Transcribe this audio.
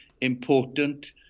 important